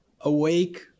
awake